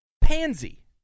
pansy